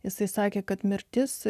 jisai sakė kad mirtis